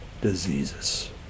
diseases